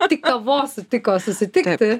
tik kavos sutiko susitikti